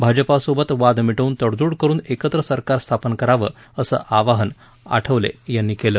भाजपासोबत वाद मिटवून तडजोड करुन एकत्र सरकार स्थापन करावं असं आवाहन आठवले यांनी केलं